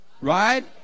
Right